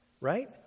right